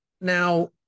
now